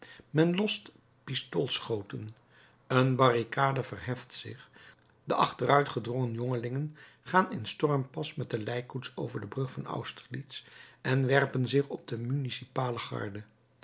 men lost pistoolschoten een barricade verheft zich de achteruit gedrongen jongelingen gaan in stormpas met de lijkkoets over de brug van austerlitz en werpen zich op de municipale garde